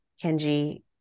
Kenji